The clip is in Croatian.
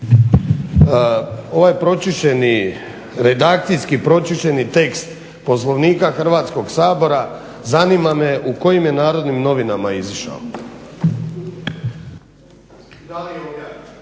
Ova pročišćeni, redakcijski pročišćeni tekst Poslovnika Hrvatskog sabora zanima me u kojim je Narodnim novinama izašao?